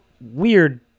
weird